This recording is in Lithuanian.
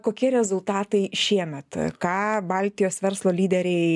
kokie rezultatai šiemet ką baltijos verslo lyderiai